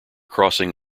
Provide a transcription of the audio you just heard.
crossing